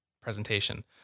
presentation